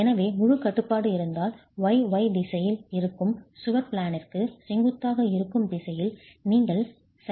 எனவே முழு கட்டுப்பாடு இருந்தால் y y திசையில் இருக்கும் சுவர் பிளேனிற்கு செங்குத்தாக இருக்கும் திசையில் நீங்கள் 0